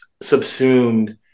subsumed